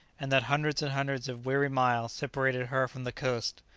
and that hundreds and hundreds of weary miles separated her from the coast.